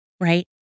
right